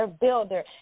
builder